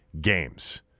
games